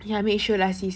ya make sure lah sis